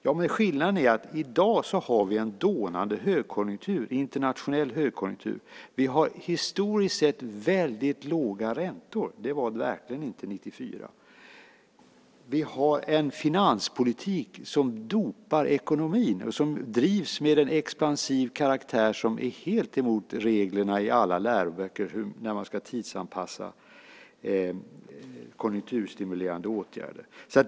Ja, men skillnaden är att i dag har vi en dånande internationell högkonjunktur och historiskt sett väldigt låga räntor. Det var det verkligen inte 1994. Vi har en finanspolitik som dopar ekonomin och som drivs med en expansiv karaktär som är helt emot reglerna i alla läroböcker när man ska tidsanpassa konjunkturstimulerande åtgärder.